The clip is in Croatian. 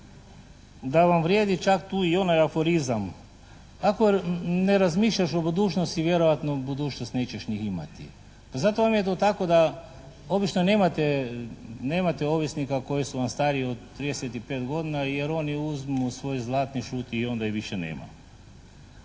da vam vrijedi čak tu i onaj aforizam: «Ako ne razmišljaš o budućnosti vjerojatno budućnost nećeš ni imati.» Pa zato vam je to tako da obično nemate, nemate ovisnika koji su vam stariji od 35 godina jer oni uzmu svoj zlatni šut i onda ih više nema.